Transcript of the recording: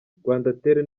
rwandatel